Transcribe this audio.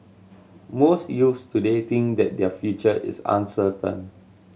most youths today think that their future is uncertain